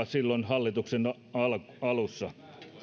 silloin hallituksen alussa